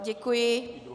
Děkuji...